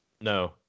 No